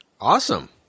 Awesome